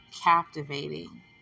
captivating